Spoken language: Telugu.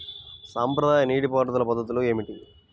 సాంప్రదాయ నీటి పారుదల పద్ధతులు ఏమిటి?